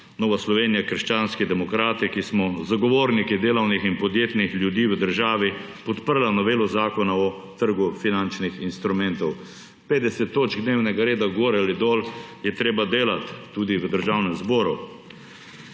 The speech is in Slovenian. Nova Slovenija - krščanski demokrati, ki smo zagovorniki delovnih in podjetnih ljudi v državi, podpira novelo Zakona o trgu finančnih instrumentov. 50 točk dnevnega reda gor ali dol, je treba delati tudi v Državnem zboru.